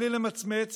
בלי למצמץ,